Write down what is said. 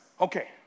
Okay